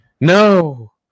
No